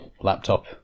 laptop